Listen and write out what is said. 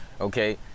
okay